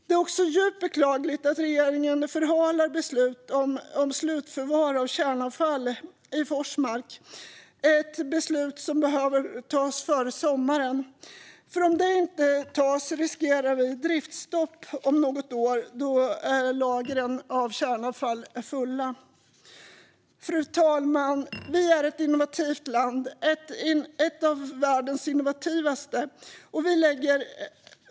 Det är också djupt beklagligt att regeringen förhalar beslut om slutförvar för kärnavfall i Forsmark, ett beslut som behöver tas före sommaren. Om det inte tas riskerar vi driftsstopp om något år, då lagren av kärnavfall är fulla. Fru talman! Vi är ett innovativt land, ett av de mest innovativa i världen.